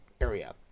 area